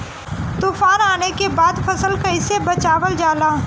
तुफान आने के बाद फसल कैसे बचावल जाला?